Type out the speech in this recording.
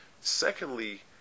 Secondly